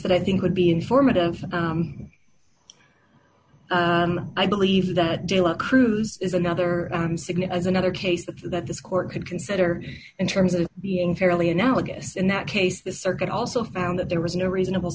that i think would be informative i believe that de la cruz is another signal as another case that this court could consider in terms of being fairly analogous in that case the circuit also found that there was no reasonable